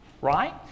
right